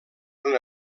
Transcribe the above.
una